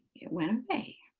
it went away.